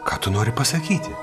ką tu nori pasakyti